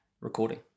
recording